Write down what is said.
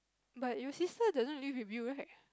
but your sister doesn't live with you right